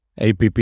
APP